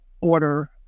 order